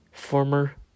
former